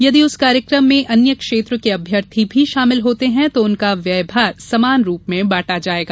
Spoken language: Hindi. यदि उस कार्यक्रम में अन्य क्षेत्र के अभ्यर्थी भी सम्मिलित होते हैं तो उनका व्यय भार समान रूप में बांटा जायेगा